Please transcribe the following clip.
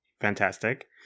fantastic